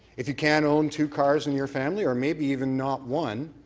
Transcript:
if you can't own two cars in your family or maybe even not one,